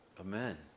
Amen